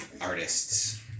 artists